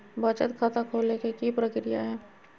बचत खाता खोले के कि प्रक्रिया है?